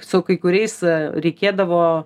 su kai kuriais reikėdavo